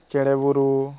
ᱪᱮᱲᱮ ᱵᱩᱨᱩ